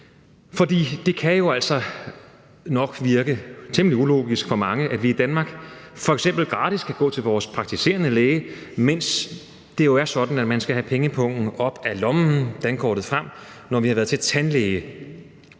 dag. Det kan jo altså nok virke temmelig ulogisk for mange, at vi i Danmark f.eks. gratis kan gå til vores praktiserende læge, mens det er sådan, at man skal have pengepungen op af lommen og dankortet frem, når man har været til tandlæge.